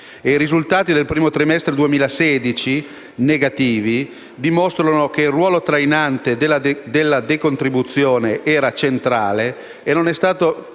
negativi del primo trimestre 2016 dimostrano che il ruolo trainante della decontribuzione era centrale e che non è stata